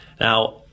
Now